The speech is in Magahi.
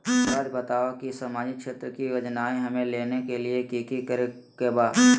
हमराज़ बताओ कि सामाजिक क्षेत्र की योजनाएं हमें लेने के लिए कि कि करे के बा?